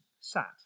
sat